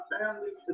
families